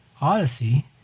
Odyssey